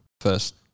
First